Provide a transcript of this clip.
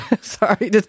Sorry